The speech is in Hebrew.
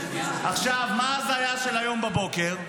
עכשיו, מה ההזיה של היום בבוקר?